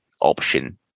option